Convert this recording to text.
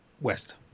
West